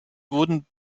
wurden